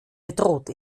bedroht